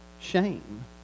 shame